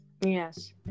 yes